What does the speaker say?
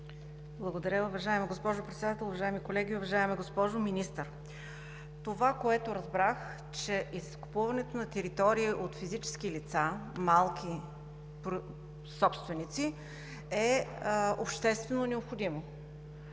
Благодаря Ви, уважаема госпожо Председател. Уважаеми колеги, уважаема госпожо Министър! Това, което разбрах, е, че изкупуването на територии от физически лица – малки собственици, е обществено необходимо